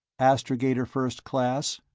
astrogator first class.